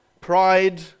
pride